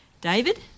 David